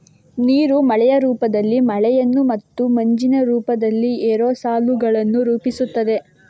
ನೀರು ಮಳೆಯ ರೂಪದಲ್ಲಿ ಮಳೆಯನ್ನು ಮತ್ತು ಮಂಜಿನ ರೂಪದಲ್ಲಿ ಏರೋಸಾಲುಗಳನ್ನು ರೂಪಿಸುತ್ತದೆ